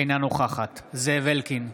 אינה נוכחת זאב אלקין,